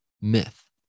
myth